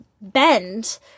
bend